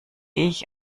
ich